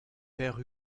père